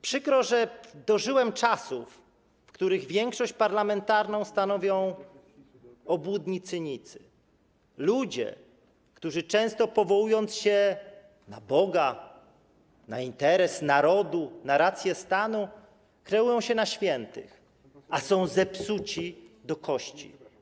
Przykro, że dożyłem czasów, w których większość parlamentarną stanowią obłudni cynicy, ludzie, którzy często powołując się na Boga, na interes narodu, na rację stanu, kreują się na świętych, a są zepsuci do kości.